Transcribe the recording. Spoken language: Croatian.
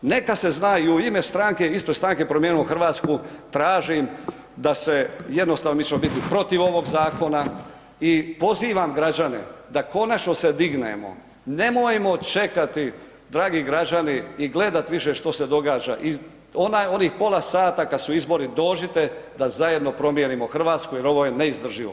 Neka se zna i u ime stranke, ispred stranke Promijenimo Hrvatsku tražim da se, jednostavno mi ćemo biti protiv ovog zakona i pozivam građane da konačno se dignemo, nemojmo čekati dragi građani i gledati više što se događa i onih pola sata kad su izbori dođite da zajedno promijenimo Hrvatsku jer ovo je neizdrživo.